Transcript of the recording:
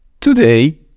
Today